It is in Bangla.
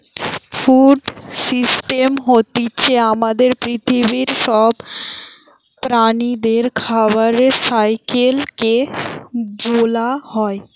ফুড সিস্টেম হতিছে আমাদের পৃথিবীর সব প্রাণীদের খাবারের সাইকেল কে বোলা হয়